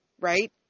Right